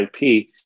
IP